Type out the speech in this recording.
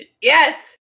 Yes